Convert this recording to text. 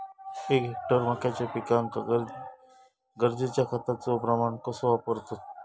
एक हेक्टर मक्याच्या पिकांका गरजेच्या खतांचो प्रमाण कसो वापरतत?